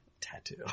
tattoo